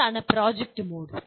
എന്താണ് project mode